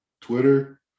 Twitter